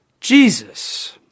Jesus